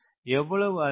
எவ்வளவு அதிகம்